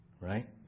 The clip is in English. right